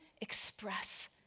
express